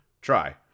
Try